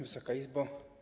Wysoka Izbo!